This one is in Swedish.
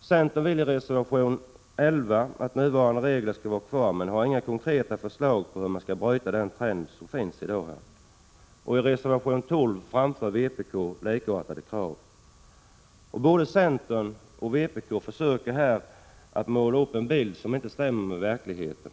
Centern vill i reservation 11 att nuvarande regler skall vara kvar, men har inga konkreta förslag til! hur man skall vända den trend som råder i dag. I reservation 12 framför vpk likartade krav. Både centern och vpk försöker måla upp en bild som inte stämmer med verkligheten.